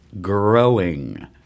growing